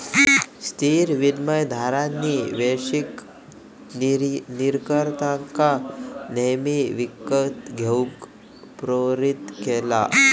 स्थिर विनिमय दरांनी वैश्विक निर्यातकांका नेहमी विकत घेऊक प्रेरीत केला